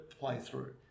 playthrough